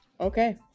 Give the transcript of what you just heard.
Okay